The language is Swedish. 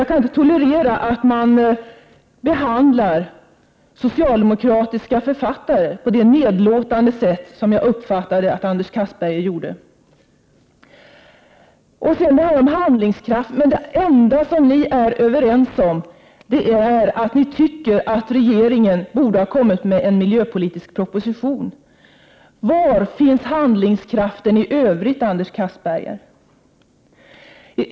Jag kan inte tolerera att man behandlar socialdemokratiska författare på det nedlåtande sätt som jag uppfattade att Anders Castberger gjorde. När det gäller handlingskraft vill jag säga att det enda som ni är överens om är att ni tycker att regeringen borde ha kommit med en miljöpolitisk proposition. Var finns handlingskraften i övrigt, Anders Castberger?